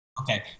Okay